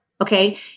Okay